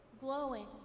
glowing